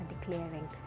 declaring